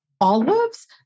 olives